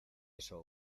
eso